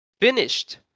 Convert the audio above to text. finished